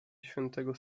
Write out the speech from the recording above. świętego